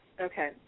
Okay